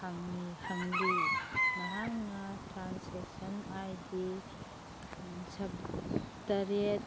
ꯍꯪꯂꯤ ꯅꯍꯥꯛꯅ transaction I D ꯇꯔꯦꯠ